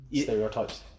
stereotypes